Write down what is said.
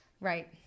right